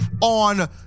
on